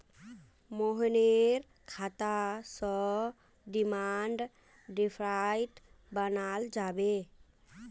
मोहनेर खाता स डिमांड ड्राफ्ट बनाल जाबे